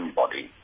body